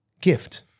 Gift